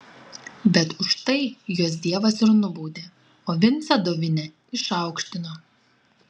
bet už tai juos dievas ir nubaudė o vincą dovinę išaukštino